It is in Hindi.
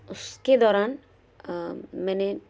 उस के दौरान मैंने